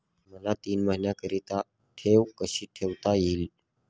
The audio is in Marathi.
मला तीन महिन्याकरिता ठेव कशी ठेवता येईल?